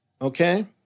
okay